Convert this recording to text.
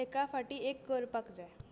एका फाटी एक करपाक जाय